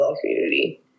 community